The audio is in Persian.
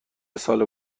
سال